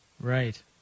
right